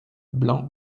blanc